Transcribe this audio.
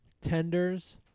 tenders